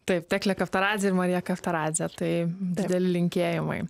taip teklė kavtaradzė ir marija kavtaradzė tai dideli linkėjimai